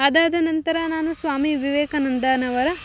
ಅದಾದನಂತರ ನಾನು ಸ್ವಾಮಿವಿವೇಕಾನಂದರವರ